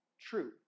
true